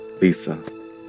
Lisa